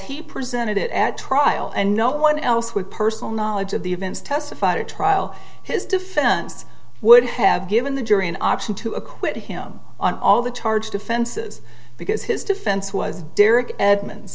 he presented it at trial and no one else's personal knowledge of the events testified at trial his defense would have given the jury an option to acquit him on all the charged offenses because his defense was derek edmond